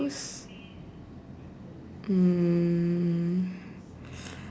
mm